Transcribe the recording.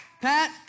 Pat